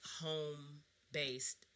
home-based